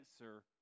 answer